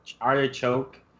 artichoke